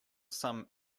some